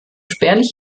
spärlich